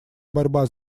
борьба